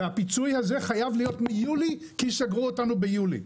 הפיצוי הזה חייב להיות מיולי כי סגרו אותנו ביולי.